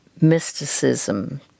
mysticism